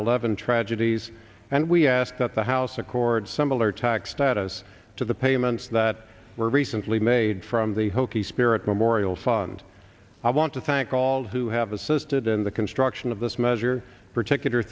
eleven tragedy and we ask that the house accord similar tax status to the payments that were recently made from the hokie spirit memorial fund i want to thank all who have assisted in the construction of this measure particular